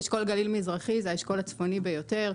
אשכול גליל מזרחי זה האשכול הצפוני ביותר,